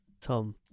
Tom